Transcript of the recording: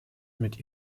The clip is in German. mit